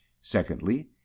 Secondly